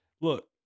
look